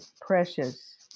precious